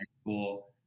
school